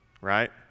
right